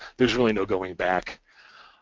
there's really no going back.